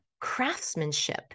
craftsmanship